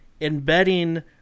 embedding